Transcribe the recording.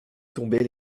tombaient